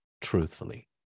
truthfully